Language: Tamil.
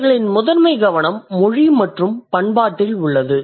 இவர்களின் முதன்மை கவனம் மொழி மற்றும் பண்பாட்டில் உள்ளது